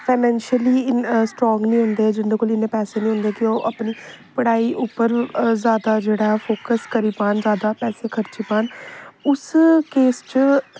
financially strong निं होंदे जिं'दे कोल इ'न्ने पैसे निं होंदे कि ओह् अपनी पढ़ाई उप्पर जादा जेह्ड़ा फोकस करी पान जादा पैसे खर्ची पान उस केस च